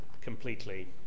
completely